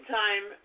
time